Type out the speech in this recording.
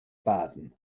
baden